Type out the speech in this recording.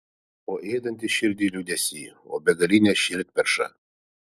o ėdantis širdį liūdesy o begaline širdperša